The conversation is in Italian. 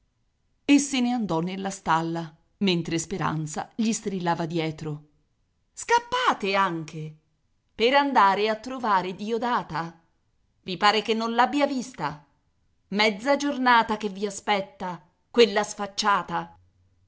e se ne andò nella stalla mentre speranza gli strillava dietro scappate anche per andare a trovare iodata i pare che non l'abbia vista mezza giornata che vi aspetta quella sfacciata